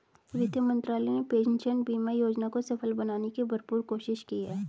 वित्त मंत्रालय ने पेंशन बीमा योजना को सफल बनाने की भरपूर कोशिश की है